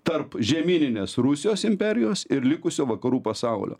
tarp žemyninės rusijos imperijos ir likusio vakarų pasaulio